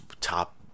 top